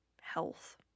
health